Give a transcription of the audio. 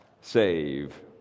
save